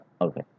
Okay